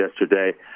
yesterday